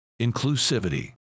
inclusivity